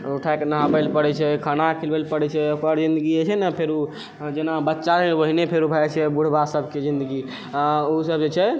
उठाकऽ नहाबै लए पड़ै छै खाना खिलबै लए पड़ै छै ई ओकर जिन्दगी एहन ने फेरू जेना बच्चा ओहिने भऽ जाइ छै बुढ़वा सबके जिन्दगी आओर ओ सब जे छै